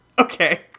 Okay